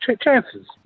chances